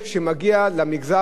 אנחנו עדים לכך לא פעם.